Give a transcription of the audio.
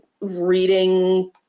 reading